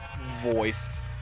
voice